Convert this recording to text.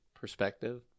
perspective